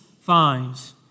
finds